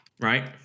right